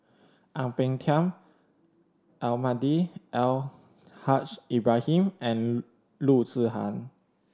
Ang Peng Tiam Almahdi Al Haj Ibrahim and Loo Zihan